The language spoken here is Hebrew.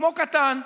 כמו קטן.